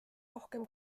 rohkem